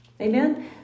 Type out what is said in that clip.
Amen